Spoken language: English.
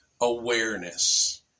awareness